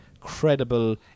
credible